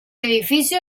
edificio